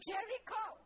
Jericho